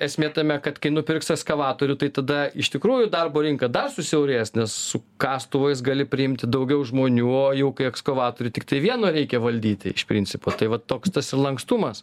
esmė tame kad kai nupirks ekskavatorių tai tada iš tikrųjų darbo rinka dar susiaurės nes su kastuvais gali priimti daugiau žmonių o jau kai ekskavatorių tiktai vieno reikia valdyti iš principo tai va toks tas ir lankstumas